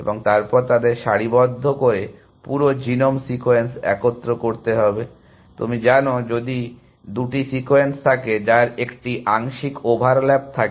এবং তারপর তাদের সারিবদ্ধ করে পুরো জিনোম সিকোয়েন্স একত্র করতে হবে তুমি জানো যদি দুটি সিকোয়েন্স থাকে যার একটি আংশিক ওভারল্যাপ থাকে